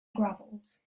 gravels